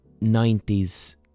90s